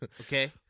Okay